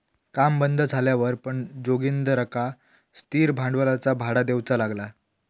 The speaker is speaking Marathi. काम बंद झाल्यावर पण जोगिंदरका स्थिर भांडवलाचा भाडा देऊचा लागला